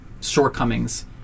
shortcomings